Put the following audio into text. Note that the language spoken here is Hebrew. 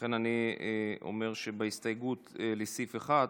לכן אני אומר שלהסתייגות לסעיף 1,